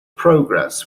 progress